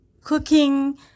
Cooking